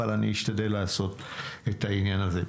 אבל אני אשתדל לעשות את העניין הזה.